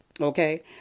Okay